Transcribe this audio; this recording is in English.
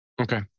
Okay